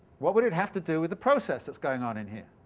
what would it have to do with the process that's going on in here?